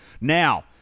now